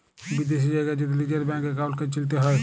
বিদ্যাশি জায়গার যদি লিজের ব্যাংক একাউল্টকে চিলতে হ্যয়